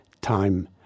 time